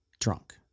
drunk